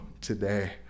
today